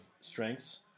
strengths